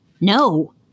no